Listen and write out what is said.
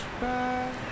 back